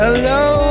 Hello